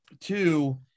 two